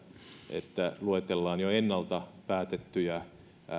että luetellaan jo ennalta päätettyjä